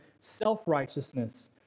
self-righteousness